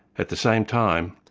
at the same time,